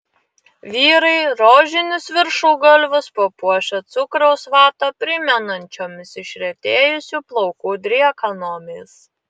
vyrai rožinius viršugalvius papuošę cukraus vatą primenančiomis išretėjusių plaukų driekanomis